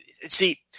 see